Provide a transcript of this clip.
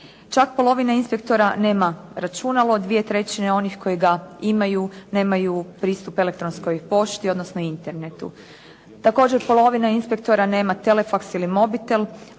Čak polovina inspektora nema računalo, 2/3 je onih koji ga imaju, nemaju pristup elektronskoj pošti, odnosno internetu. Također, polovina inspektora nema telefaks ili mobitel,